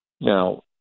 Now